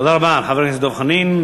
תודה רבה, חבר הכנסת דב חנין.